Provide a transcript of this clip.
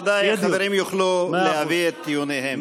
בוודאי החברים יוכלו להביא את טיעוניהם.